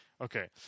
Okay